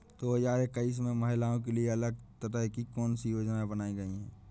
दो हजार इक्कीस में महिलाओं के लिए अलग तरह की कौन सी योजना बनाई गई है?